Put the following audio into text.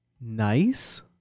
Nice